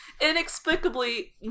inexplicably